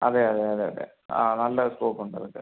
അതെ അതെ അതെ അതെ ആ നല്ല സ്കോപ്പ് ഉണ്ട് അതിൻ്റെ